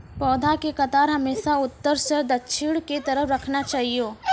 पौधा के कतार हमेशा उत्तर सं दक्षिण के तरफ राखना चाहियो